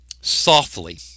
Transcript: softly